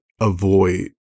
avoid